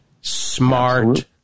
Smart